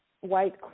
white